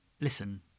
listen